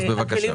בבקשה.